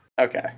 Okay